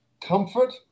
comfort